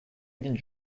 between